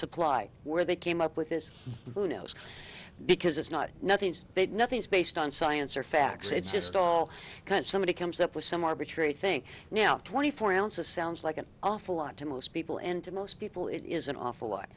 supply where they came up with this who knows because it's not nothing they've nothing's based on science or facts it's just all kind somebody comes up with some arbitrary thing now twenty four ounces sounds like an awful lot to most people and to most people it is an awful lot